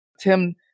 Tim